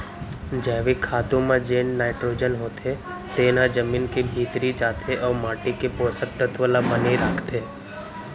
जैविक खातू म जेन नाइटरोजन होथे तेन ह जमीन के भीतरी जाथे अउ माटी के पोसक तत्व ल बने राखथे